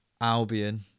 Albion